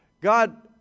god